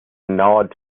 nod